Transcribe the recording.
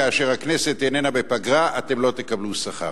כאשר הכנסת בפגרה אתם לא תקבלו שכר,